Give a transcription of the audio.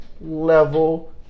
level